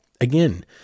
again